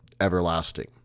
everlasting